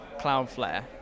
Cloudflare